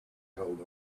held